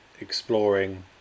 exploring